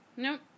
Nope